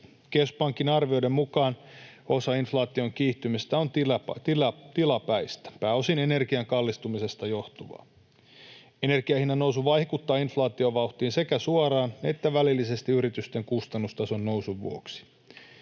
Keskuspankin arvioiden mukaan osa inf-laation kiihtymistä on tilapäistä, pääosin energian kallistumisesta johtuvaa. Energian hinnannousu vaikuttaa inflaatiovauhtiin sekä suoraan että välillisesti yritysten kustannustason nousun vuoksi.